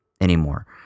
anymore